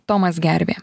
tomas gervė